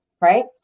right